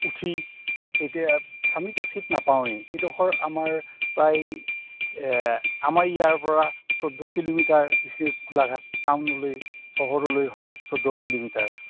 উঠি তেতিয়া আমিতো ছিট নাপাওঁৱেই ইডোখৰ আমাৰ প্ৰায় আমাৰ ইয়াৰপৰা চৈধ্য কিলোমিটাৰ ডিষ্ট্ৰিক্ট গোলাঘাট টাউনলৈ চহৰলৈ হয় চৈধ্য কিলোমিটাৰ